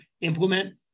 implement